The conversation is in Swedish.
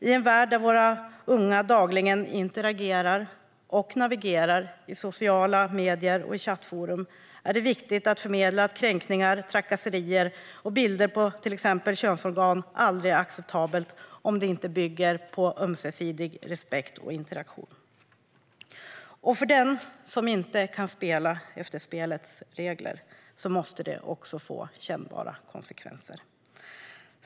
I en värld där våra unga dagligen interagerar och navigerar i sociala medier och i chattforum är det viktigt att förmedla att kränkningar, trakasserier och bilder på till exempel könsorgan aldrig är acceptabelt om det inte bygger på ömsesidig respekt och interaktion. För den som inte kan spela efter spelets regler måste det också få kännbara konsekvenser.